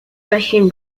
russian